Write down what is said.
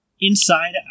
inside